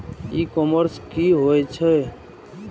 ई commerce की होय छेय?